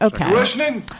Okay